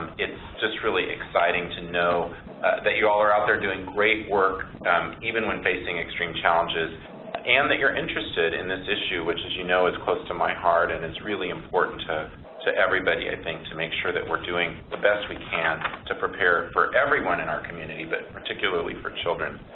it's just really exciting to know that you all are out there doing great work even when facing extreme challenges and that you're interested in this issue which, as you know, is close to my heart and it's really important to to everybody, i think, to make sure that we're doing the best we can to prepare for everyone in our community, but particularly for children.